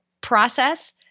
process